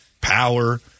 Power